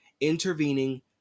intervening